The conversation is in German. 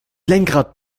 lenkrad